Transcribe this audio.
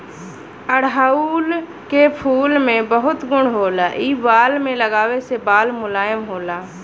अढ़ऊल के फूल में बहुत गुण होला इ बाल में लगावे से बाल मुलायम होला